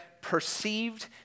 perceived